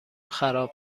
خراب